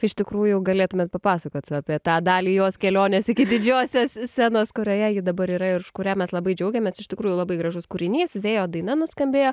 iš tikrųjų galėtumėt papasakot apie tą dalį jos kelionės iki didžiosios scenos kurioje ji dabar yra ir už kurią mes labai džiaugiamės iš tikrųjų labai gražus kūrinys vėjo daina nuskambėjo